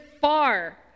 far